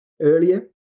Earlier